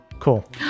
Cool